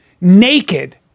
naked